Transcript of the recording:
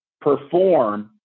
perform